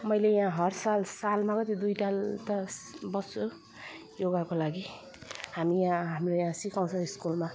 मैले याँ हर साल सालमा कति दुईताल त बस्छु योगाको लागि हामी यहाँ हाम्रो यहाँ सिकाउँछ स्कुलमा